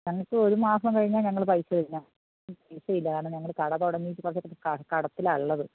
ഞങ്ങൾക്ക് ഒരു മാസം കഴിഞ്ഞാൽ ഞങ്ങൾ പൈസ തരാം ഇപ്പോൾ പൈസയില്ല എന്നാൽ ഞങ്ങൾ കട തുടങ്ങിയിട്ട് കുറച്ച് ആയിട്ട് കടത്തിലാണ് ഉള്ളത്